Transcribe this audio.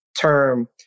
term